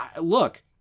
Look